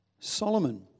Solomon